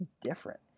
different